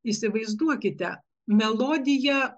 įsivaizduokite melodija